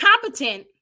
competent